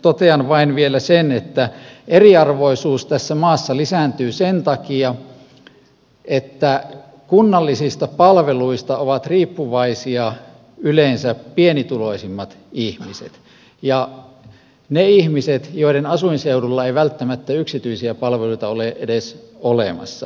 totean vain vielä sen että eriarvoisuus tässä maassa lisääntyy sen takia että kunnallisista palveluista ovat riippuvaisia yleensä pienituloisimmat ihmiset ja ne ihmiset joiden asuinseudulla ei välttämättä yksityisiä palveluita ole edes olemassa